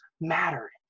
mattered